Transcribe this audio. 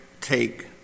take